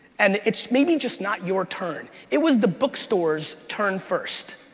and it's maybe just not your turn. it was the bookstore's turn first.